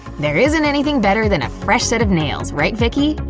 there isn't anything better than a fresh set of nails, right vicky?